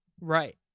right